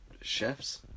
chefs